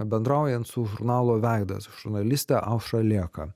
bendraujant su žurnalo veidas žurnaliste aušra lėka